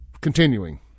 continuing